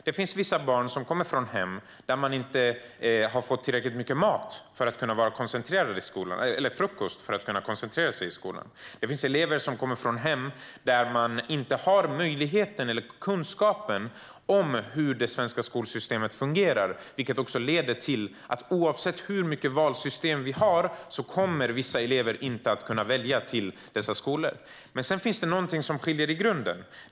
Det finns vissa barn som kommer från hem där de inte har fått tillräckligt mycket frukost för att kunna koncentrera sig i skolan. Det finns elever som kommer från hem där man inte har kunskap om hur det svenska skolsystemet fungerar, vilket leder till att vissa elever - oavsett hur mycket skolvalssystem vi har - inte kommer att kunna välja dessa skolor. Det finns också någonting som skiljer i grunden.